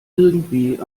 irgendwie